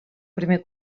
primer